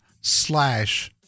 slash